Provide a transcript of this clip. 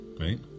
Right